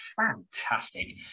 Fantastic